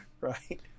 Right